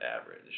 average